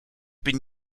been